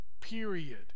period